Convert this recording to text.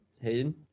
hayden